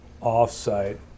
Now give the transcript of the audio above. off-site